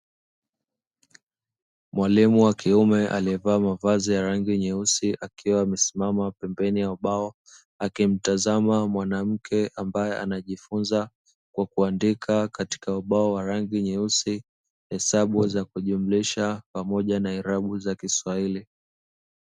Mwalimu wa kiume aliyevaa mavazi ya rangi nyeusi akiwa amesimama pembeni ya ubao, akimtazama mwanamke ambaye anajifunza kwa kuandika katika ubao wa rangi nyeusi hesabu za kujumulisha pamoja na irabu za kiswahili.